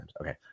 Okay